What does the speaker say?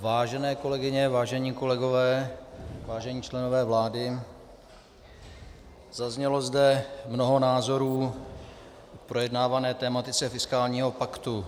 Vážené kolegyně, vážení kolegové, vážení členové vlády, zaznělo zde mnoho názorů k projednávané tematice fiskálního paktu.